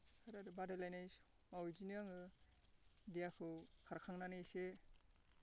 बेफोरबायदि बादायलायनायाव बिदिनो आङो देहाखौ खारखांनानै एसे